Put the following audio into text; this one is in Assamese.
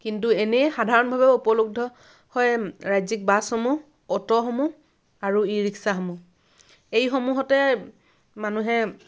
কিন্তু এনেই সাধাৰণভাৱে উপলব্ধ হয় ৰাজ্যিক বাছসমূহ অট'সমূহ আৰু ই ৰিক্সাসমূহ এইসমূহতে মানুহে